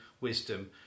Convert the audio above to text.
wisdom